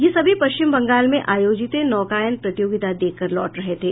ये सभी पश्चिम बंगाल में आयोजित नौकायन प्रतियोगिता देख कर लौट रहे थे